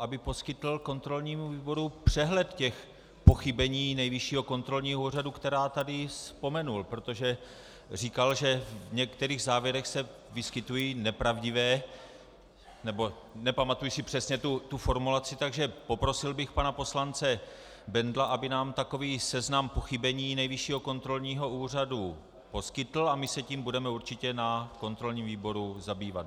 aby poskytl kontrolnímu výboru přehled těch pochybení Nejvyššího kontrolního úřadu, která tady vzpomenul, protože říkal, že v některých závěrech se vyskytují nepravdivé, nepamatuji si přesně tu formulaci, takže poprosil bych pana poslance Bendla, aby nám takový seznam pochybení Nejvyššího kontrolního úřadu poskytl, a my se tím budeme určitě na kontrolním výboru zabývat.